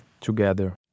together